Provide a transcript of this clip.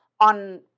on